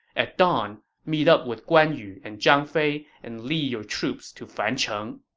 at dawn, meet up with guan yu and zhang fei and lead your troops to fancheng.